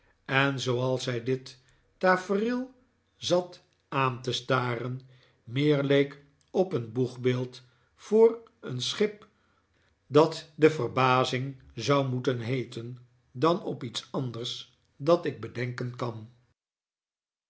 en zooals zij dit tafereel zat aan te staren meer leek op een boegbeeld voor een schip dat de verbazing zou moeten heeten dan op iets anders dat ik bedenken kan